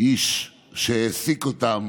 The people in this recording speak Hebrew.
איש שהעסיק אותם